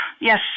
Yes